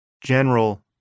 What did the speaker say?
general